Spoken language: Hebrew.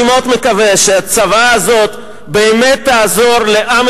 אני מאוד מקווה שהצוואה הזאת באמת תעזור לעם